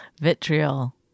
Vitriol